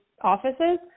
offices